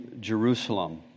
Jerusalem